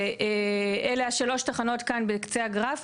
ואלה השלוש תחנות כאן בקצה הגרף,